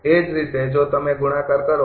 એ જ રીતે જો તમે ગુણાકાર કરો